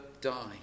die